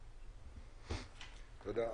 תודה.